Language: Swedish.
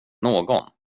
någon